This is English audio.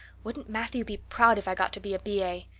wouldn't matthew be proud if i got to be a b a?